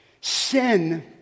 Sin